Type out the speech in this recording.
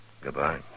Goodbye